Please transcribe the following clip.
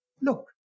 look